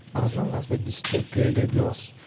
as long as the disturbed period lasts,